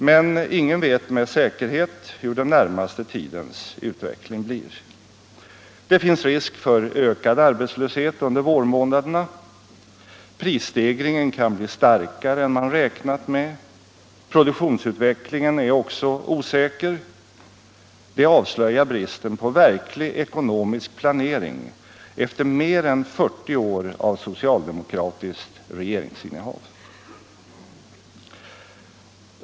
Men ingen vet med säkerhet hur den närmaste tidens utveckling blir. Det finns risk för ökad arbetslöshet under vårmånaderna. Prisstegringen kan bli starkare än man räknat med. Produktionsutvecklingen är också osäker. Det avslöjar bristen på verklig ekonomisk planering efter mer än 40 år av socialdemokratiskt regeringsinnehav.